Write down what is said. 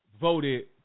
voted